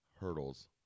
hurdles